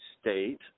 state